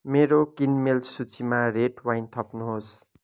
मेरो किनमेल सूचीमा रेड वाइन थप्नुहोस्